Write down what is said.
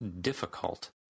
difficult